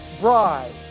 bride